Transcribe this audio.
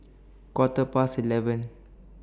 Quarter Past eleven